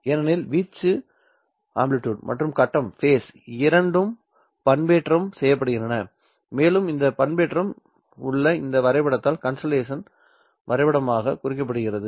ஏனெனில் வீச்சு மற்றும் கட்டம் இரண்டும் பண்பேற்றம் செய்யப்படுகின்றன மேலும் இந்த பண்பேற்றம் உள்ள இந்த வரைபடத்தால் கன்ஸ்டல்லேஷன் வரைபடமாகக் குறிப்பிடப்படுகிறது